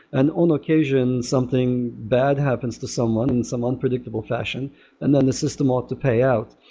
and on occasion something bad happens to someone and someone predictable flashing and then the system are to pay out.